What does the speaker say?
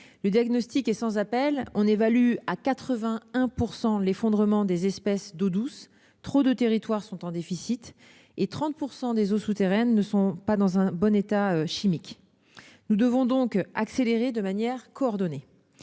Le diagnostic est sans appel : on évalue à 81 % l'effondrement des espèces d'eau douce ; trop de territoires sont en déficit ; 30 % des eaux souterraines ne sont pas dans un bon état chimique. Nous devons donc accélérer de manière coordonnée.